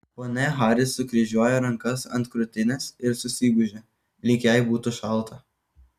ponia haris sukryžiuoja rankas ant krūtinės ir susigūžia lyg jai būtų šalta